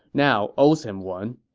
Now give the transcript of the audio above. now owes him one.